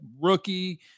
rookie